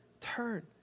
turn